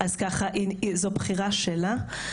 אז כך שזאת בחירה שלה.